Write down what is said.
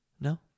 No